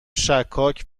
شکاک